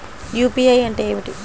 UPI అంటే ఏమిటి?